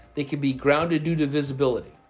they could be grounded due to visibility.